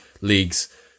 leagues